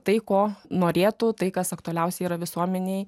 tai ko norėtų tai kas aktualiausia yra visuomenei